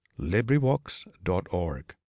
librivox.org